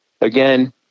again